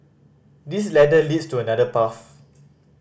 this ladder leads to another path